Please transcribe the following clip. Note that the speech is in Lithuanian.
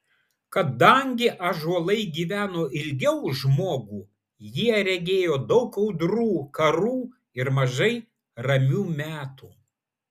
kadangi ąžuolai gyveno ilgiau už žmogų jie regėjo daug audrų karų ir mažai ramių metų